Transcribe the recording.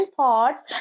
thoughts